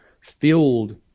filled